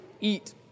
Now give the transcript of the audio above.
eat